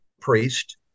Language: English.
priest